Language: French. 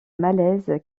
malaise